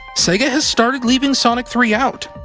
sega has started leaving sonic three out,